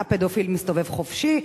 הפדופיל מסתובב חופשי.